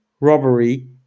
robbery